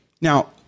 Now